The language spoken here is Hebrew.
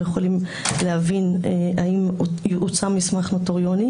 ויכולים להבין אם הוצא מסמך נוטריוני